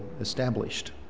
established